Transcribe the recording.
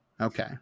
Okay